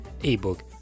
ebook